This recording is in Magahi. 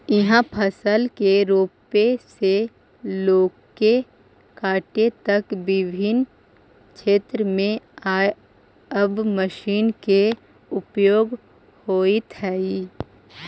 इहाँ फसल के रोपे से लेके काटे तक विभिन्न क्षेत्र में अब मशीन के उपयोग होइत हइ